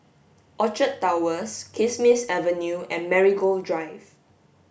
Orchard Towers Kismis Avenue and Marigold Drive